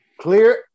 Clear